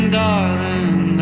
darling